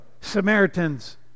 samaritans